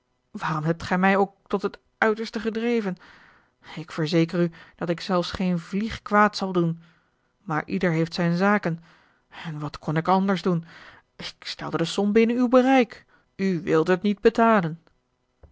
waarom hebt gij mij ook tot het uiterste gedreven ik verzeker u dat ik zelfs geen vlieg kwaad zal doen maar ieder heeft zijn zaken en wat kon ik anders doen ik stelde de som binnen uw bereik u wildet niet betalen